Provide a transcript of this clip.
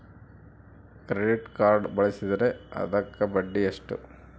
Credit card ಬಳಸಿದ್ರೇ ಅದಕ್ಕ ಬಡ್ಡಿ ಎಷ್ಟು?